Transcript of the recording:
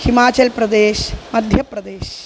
हिमाचलप्रदेशः मध्यप्रदेशः